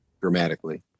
dramatically